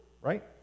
right